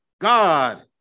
God